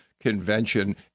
convention